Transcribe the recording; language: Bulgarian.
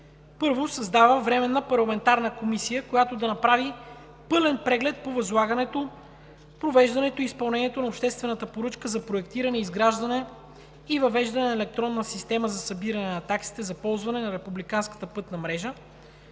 1. Създава временна парламентарна комисия, която да направи пълен преглед по възлагането, провеждането и изпълнението на обществената поръчка за проектиране, изграждане и въвеждане на Електронна система за събиране на таксите за ползване на републиканската пътна мрежа.